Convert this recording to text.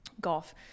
golf